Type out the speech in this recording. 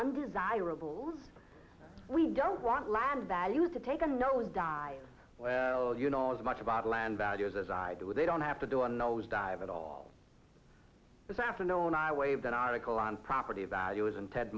undesirable we don't want land values to take a nosedive well you know as much about land values as i do they don't have to do a nose dive at all this afternoon i waved an article on property values and ted